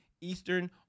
Eastern